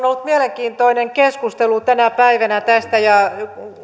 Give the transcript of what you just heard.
ollut mielenkiintoinen keskustelu tänä päivänä tästä ja